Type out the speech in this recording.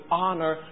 honor